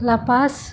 వపాస్